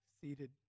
seated